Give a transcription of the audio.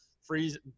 freeze